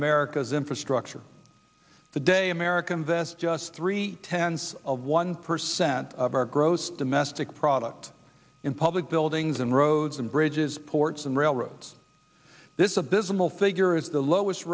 america's infrastructure the day americans this just three tenths of one percent of our gross domestic product in public buildings and roads and bridges ports and railroads this abysmal figure is the lowest